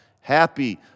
happy